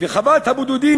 וחוות הבודדים,